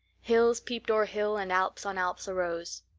hills peeped o'er hill and alps on alps arose.